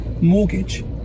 mortgage